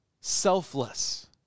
selfless